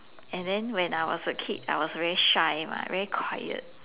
and then when I was a kid I was very shy mah very quiet